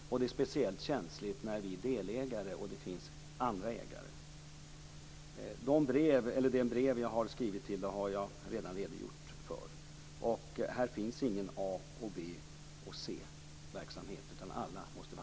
Det är speciellt känsligt när vi är delägare och det finns andra ägare. · Brev som jag har skrivit har jag redan redogjort för. · Här finns ingen A-, B och C-verksamhet, utan alla måste behandlas lika.